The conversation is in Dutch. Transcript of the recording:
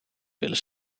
willen